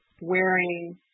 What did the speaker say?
wearing